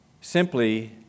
simply